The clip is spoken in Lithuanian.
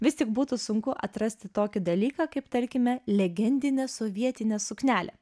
vis tik būtų sunku atrasti tokį dalyką kaip tarkime legendinę sovietinę suknelę